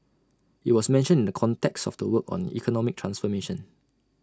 IT was mentioned in the context of the work on economic transformation